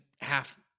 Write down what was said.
half